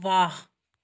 ਵਾਹ